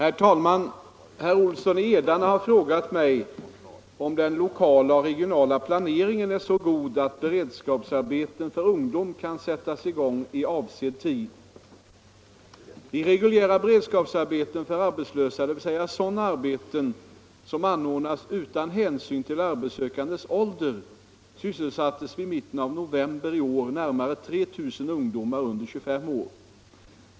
Herr talman! Herr Olsson i Edane har frågat mig om den lokala och — beredskapsarbete regionala planeringen är så god att beredskapsarbeten för ungdom kan = för ungdom sättas i gång i avsedd tid.